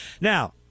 Now